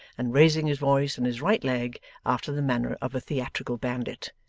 and raising his voice and his right leg after the manner of a theatrical bandit.